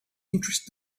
interested